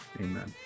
Amen